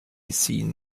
seen